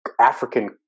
African